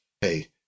hey